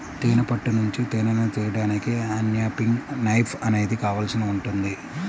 తేనె పట్టు నుంచి తేనెను తీయడానికి అన్క్యాపింగ్ నైఫ్ అనేది కావాల్సి ఉంటుంది